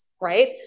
right